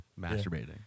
masturbating